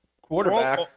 quarterback